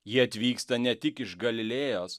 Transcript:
jie atvyksta ne tik iš galilėjos